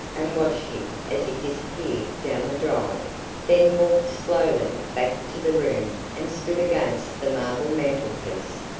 and watched him as he disappeared down the drive then walked slowly back to the room and stood against the marble mantelpiece,